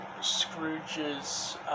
Scrooge's